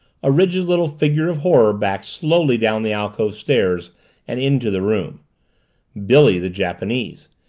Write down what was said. a rigid little figure of horror backed slowly down the alcove stairs and into the room billy, the japanese,